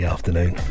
afternoon